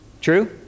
True